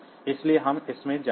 इसलिए हम इसमें जाएंगे